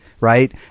right